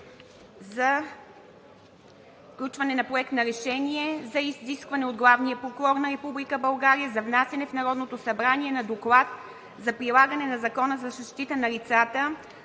за включване на Проект на решение за изискване от главния прокурор на Република България за внасяне в Народното събрание на Доклад за прилагане на Закона за защита на лицата,